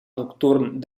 nocturn